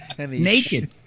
naked